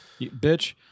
bitch